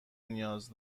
نیاز